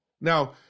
Now